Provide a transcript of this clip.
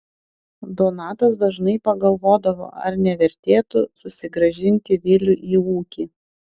donatas dažnai pagalvodavo ar nevertėtų susigrąžinti vilių į ūkį